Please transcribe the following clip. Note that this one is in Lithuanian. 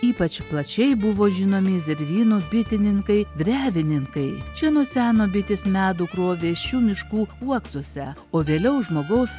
ypač plačiai buvo žinomi zervynų bitininkai drevininkai čia nuo seno bitės medų krovė šių miškų uoksuose o vėliau žmogaus